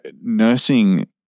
nursing